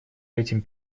этим